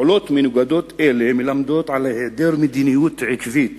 פעולות מנוגדות אלה מלמדות על העדר מדיניות עקבית